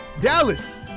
Dallas